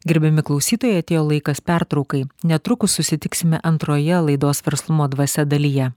gerbiami klausytojai atėjo laikas pertraukai netrukus susitiksime antroje laidos verslumo dvasia dalyje